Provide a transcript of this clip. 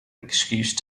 excuse